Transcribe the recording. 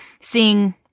seeing